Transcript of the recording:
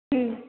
हं